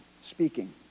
speaking